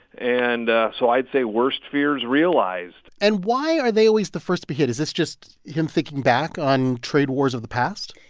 and so i'd say worst fears realized and why are they always the first to be hit? is this just him thinking back on trade wars of the past?